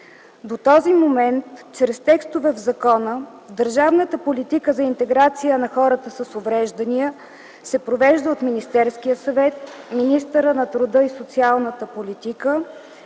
До този момент чрез текстове в закона държавната политика за интеграция на хората с увреждания се провежда от Министерския съвет, министъра на труда и социалната политика,